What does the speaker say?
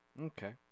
Okay